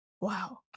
Wow